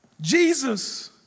Jesus